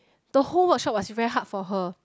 the whole workshop was very hard for her